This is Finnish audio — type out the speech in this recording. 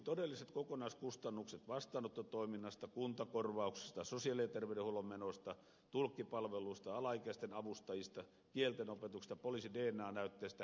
todellisista kokonaiskustannuksista vastaanottotoiminnasta kuntakorvauksista sosiaali ja terveydenhuollon menoista tulkkipalveluista alaikäisten avustajista kieltenopetuksesta poliisin dna näytteistä ei puhuta täällä mitään